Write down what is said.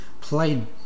played